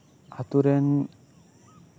ᱟᱹᱛᱩ ᱨᱮᱱ